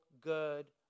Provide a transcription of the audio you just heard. good